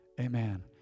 amen